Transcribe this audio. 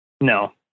No